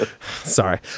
sorry